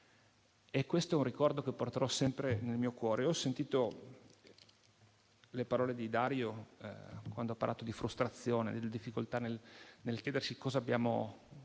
Questo è un ricordo che porterò sempre nel mio cuore. Ho sentito le parole di Dario, quando ha parlato di frustrazione e della difficoltà nel chiedersi cosa abbiamo